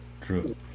true